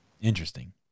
interesting